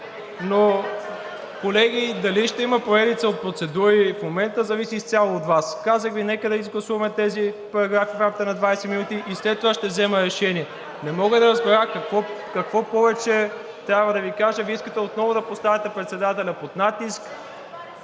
Колеги, дали ще има поредица от процедури в момента зависи изцяло от Вас. Казах Ви: нека да изгласуваме тези параграфи в рамките на 20 минути и след това ще взема решение. Не мога да разбера какво повече трябва да Ви кажа. Вие искате отново да поставите председателя под натиск